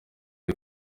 ndi